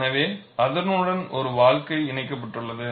எனவே அதனுடன் ஒரு வாழ்க்கை இணைக்கப்பட்டுள்ளது